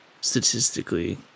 statistically